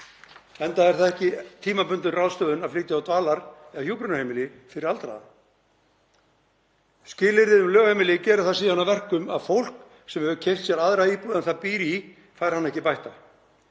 enda er það ekki tímabundin ráðstöfun að flytja á dvalar- eða hjúkrunarheimili fyrir aldraða. Skilyrðið um lögheimili gerir það síðan að verkum að fólk sem hefur keypt aðra íbúð en það býr í fær hana ekki bætta.